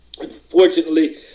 unfortunately